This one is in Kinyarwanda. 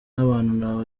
n’abantu